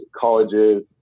colleges